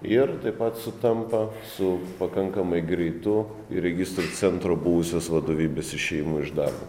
ir taip pat sutampa su pakankamai greitu registrų centro buvusios vadovybės išėjimu iš darbo